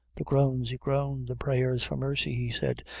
the groans he groaned, the prayers for mercy he said,